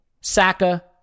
Saka